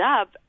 up